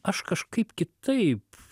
aš kažkaip kitaip